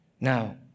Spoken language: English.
Now